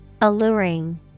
Alluring